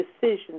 decisions